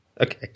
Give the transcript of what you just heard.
Okay